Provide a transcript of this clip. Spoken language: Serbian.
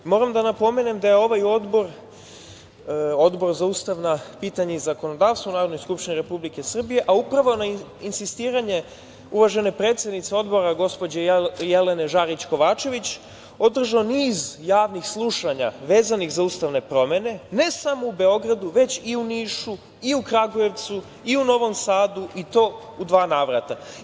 Moram da napomenem da je ovaj Odbor, Odbor za ustavna pitanja i zakonodavstvo u Narodnoj skupštini Republike Srbije, a upravo na insistiranje uvažene predsednice Odbora, gospođe Jelene Žarić Kovačević održao niz javnih slušanja vezanih za ustavne promene ne samo u Beogradu, već i u Nišu, i u Kragujevcu i u Novom Sadu i to u dva navrata.